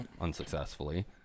unsuccessfully